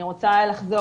אני רוצה לחזור,